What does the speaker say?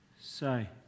say